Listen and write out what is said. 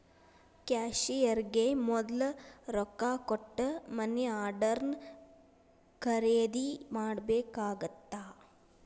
ಕ್ಯಾಶಿಯರ್ಗೆ ಮೊದ್ಲ ರೊಕ್ಕಾ ಕೊಟ್ಟ ಮನಿ ಆರ್ಡರ್ನ ಖರೇದಿ ಮಾಡ್ಬೇಕಾಗತ್ತಾ